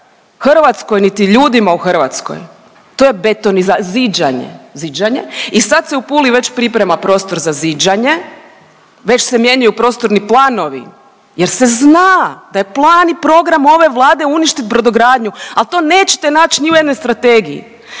Hrvatskoj, niti ljudima u Hrvatskoj, to je betoniza…, ziđanje, ziđanje i sad se u Puli već priprema prostor za ziđanje, već se mijenjaju prostorni planovi jer se zna da je plan i program ove Vlade uništit brodogradnju, al to nećete nać ni u jednoj strategiji.